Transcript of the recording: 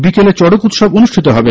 বিকেলে চড়ক উৎসব অনুষ্ঠিত হবে